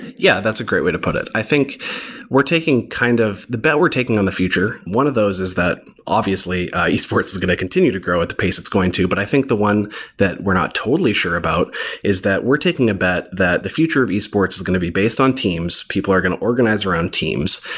yeah, that's a great way to put it. i think we're taking kind of the bet we're taking on the future. one of those is that, obviously, ah esports are going to continue to grow at the pace it's going to. but i the one that we're not totally sure about is that we're taking a bet that the future of esports is going to be based on teams. people are going to organize around teams,